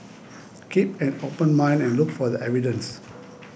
keep an open mind and look for the evidence